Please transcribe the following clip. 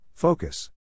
Focus